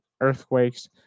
Earthquakes